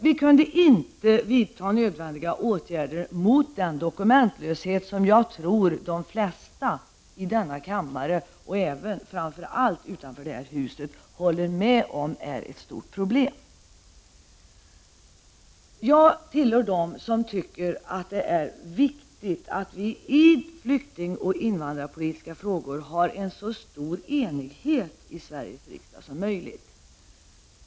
Vi kunde inte heller vidta nödvändiga åtgärder mot den dokumentlöshet som jag tror att de flesta i denna kammare, och framför allt utanför det här huset, håller med om är ett stort problem. Jag tillhör dem som tycker att det är viktigt att vi när det gäller flyktingoch invandrarpolitiska frågor har så stor enighet som möjligt i Sveriges riksdag.